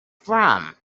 from